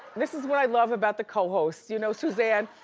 this is what i love about the co-hosts, you know, suzanne?